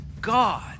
God